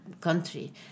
country